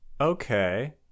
Okay